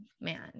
man